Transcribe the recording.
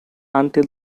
until